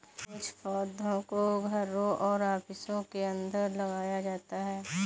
कुछ पौधों को घरों और ऑफिसों के अंदर लगाया जाता है